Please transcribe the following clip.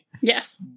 Yes